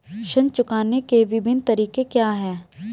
ऋण चुकाने के विभिन्न तरीके क्या हैं?